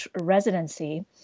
residency